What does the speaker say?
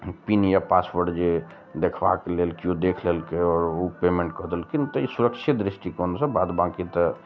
pin या password जे देखबाक लेल केओ देख लेलकै आओर ओ पेमेन्ट कऽ देलखिन तऽ ई सुरक्षित दृष्टिकोण सऽ बाद बाँकी तऽ